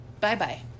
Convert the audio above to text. bye-bye